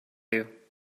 you